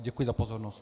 Děkuji za pozornost.